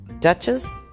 Duchess